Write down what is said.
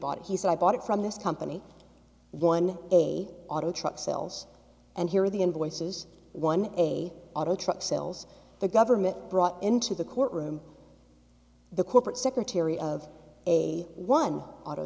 bought he said i bought it from this company one day auto truck sales and here are the invoices one day auto truck sales the government brought into the courtroom the corporate secretary of a one auto